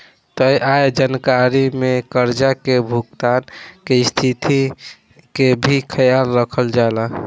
तय आय जानकारी में कर्जा के भुगतान के तिथि के भी ख्याल रखल जाला